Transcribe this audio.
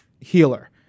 healer